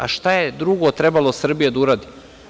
A šta je drugo trebalo Srbija da uradi?